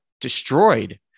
destroyed